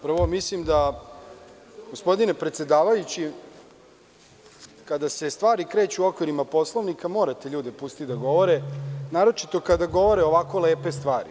Prvo, mislim da, gospodine predsedavajući, kada se stvari kreću u okviru Poslovnika, morate ljude da pustite da govore, naročito kada govore ovako lepe stvari.